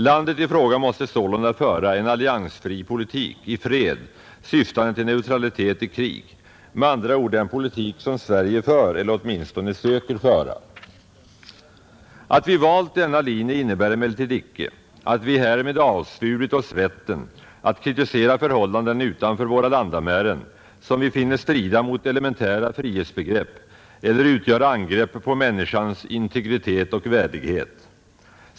Landet i fråga måste sålunda föra en alliansfri politik i fred, syftande till neutralitet i krig, med andra ord den politik som Sverige för eller åtminstone söker föra. Att vi valt denna linje innebär emellertid icke att vi härmed avsvurit oss rätten att kritisera förhållanden utanför våra landamären, som vi finner strida mot elementära frihetsbegrepp eller utgöra angrepp på människors integritet och värdighet.